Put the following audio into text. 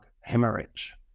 hemorrhage